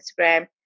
Instagram